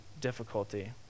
difficulty